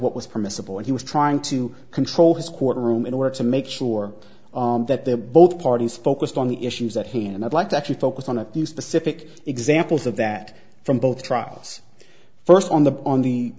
what was permissible and he was trying to control his courtroom in order to make sure that they're both parties focused on the issues at hand and i'd like to actually focus on a few specific examples of that from both trials first on the on the